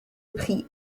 prix